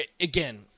again